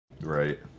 Right